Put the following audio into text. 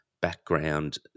background